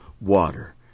water